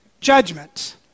judgment